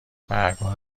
برگها